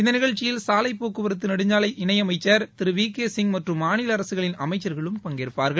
இந்த நிகழ்ச்சியில் சாலைப் போக்குவரத்து நெடுஞ்சாலைத்துறை இணையமைச்சர் திரு வி கே சிங் மற்றும் மாநில அரசுகளின் அமைச்சர்களும் பங்கேற்பார்கள்